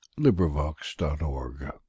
LibriVox.org